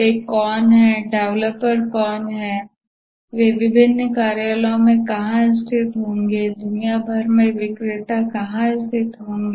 वे कौन हैं डेवलपर्स कौन है वे विभिन्न कार्यालयों में कहाँ स्थित होंगे दुनिया भर में विक्रेता कहाँ स्थित होंगे